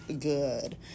good